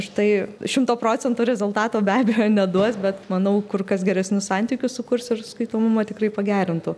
štai šimto procentų rezultato be abejo neduos bet manau kur kas geresnius santykius sukurs ir skaitomumą tikrai pagerintų